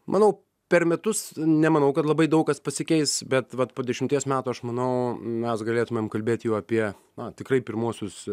manau per metus nemanau kad labai daug kas pasikeis bet vat po dešimties metų aš manau mes galėtumėm kalbėt jau apie na tikrai pirmuosius